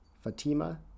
Fatima